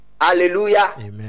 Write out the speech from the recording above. Hallelujah